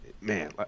man